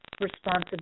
responsibility